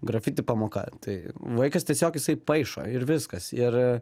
grafiti pamoka tai vaikas tiesiog jisai paišo ir viskas ir